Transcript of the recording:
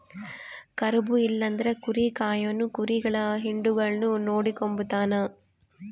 ಕುರುಬ ಇಲ್ಲಂದ್ರ ಕುರಿ ಕಾಯೋನು ಕುರಿಗುಳ್ ಹಿಂಡುಗುಳ್ನ ನೋಡಿಕೆಂಬತಾನ